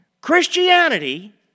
Christianity